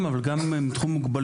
אבל יש לי אחריות גם בתחום מוגבלויות.